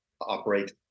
operate